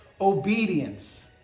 obedience